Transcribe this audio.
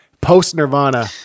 post-Nirvana